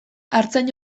artzain